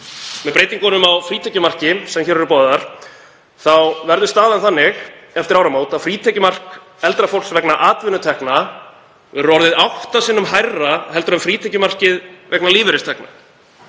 Með breytingunum á frítekjumarki, sem hér eru boðaðar, verður staðan þannig eftir áramót að frítekjumark eldra fólks vegna atvinnutekna verður orðið átta sinnum hærra en frítekjumarkið vegna lífeyristekna.